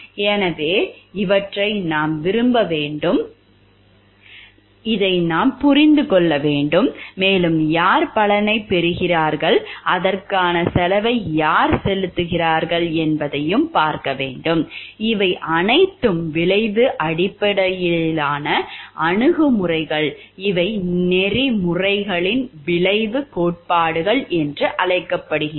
எனவே இவற்றை நாம் விரும்ப வேண்டும் இதை நாம் புரிந்து கொள்ள வேண்டும் மேலும் யார் பலனைப் பெறுகிறார்கள் அதற்கான செலவை யார் செலுத்துகிறார்கள் என்பதையும் பார்க்க வேண்டும் இவை அனைத்தும் விளைவு அடிப்படையிலான அணுகுமுறைகள் இவை நெறிமுறைகளின் விளைவு கோட்பாடுகள் என்று அழைக்கப்படுகின்றன